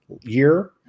year